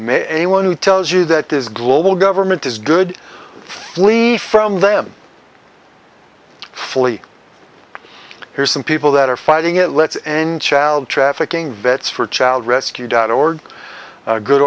may one who tells you that this global government is good leave from them fully here's some people that are fighting it let's end child trafficking bets for child rescue dot org good